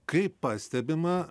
kaip pastebima